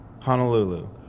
Honolulu